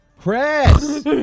Chris